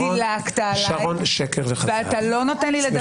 דילגת עליי ואתה לא נותן לי לדבר.